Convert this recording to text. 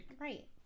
Right